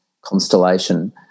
constellation